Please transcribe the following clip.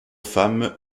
femmes